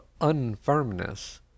unfirmness